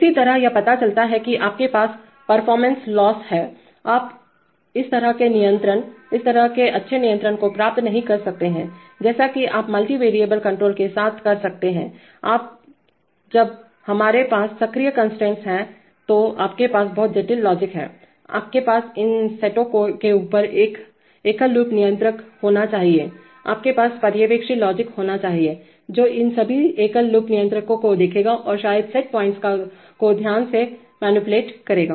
इसी तरह यह पता चलता है कि आपके पास परफॉरमेंस लोस्स हैआप इस तरह के नियंत्रणइस तरह के अच्छे नियंत्रण को प्राप्त नहीं कर सकते हैंजैसा कि आप मल्टी वैरिएबल कण्ट्रोल के साथ कर सकते हैं और जब हमारे पास सक्रिय कंस्ट्रेंट्स हैंतो आपके पास बहुत जटिल लॉजिक हैंआपके पास इन सेटों के ऊपर एकल लूप नियंत्रक होना चाहिएआपके पास पर्यवेक्षी लॉजिक होना चाहिए जो इन सभी एकल लूप नियंत्रकों को देखेगा और शायद सेट पॉइंट्स को ध्यान से हेरफेरमैनिपुलेट करेगा